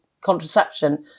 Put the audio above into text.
contraception